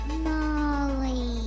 Molly